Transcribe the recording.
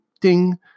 ding